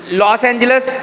लास Angeles